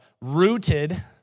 Rooted